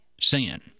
sin